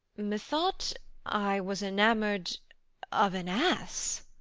methought i was enamour'd of an ass.